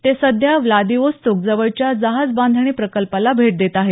ते सध्या व्लादिवास्तोक जवळच्या जहाजबांधणी प्रकल्पाला भेट देत आहेत